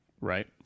right